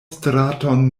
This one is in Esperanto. straton